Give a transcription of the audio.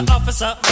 Officer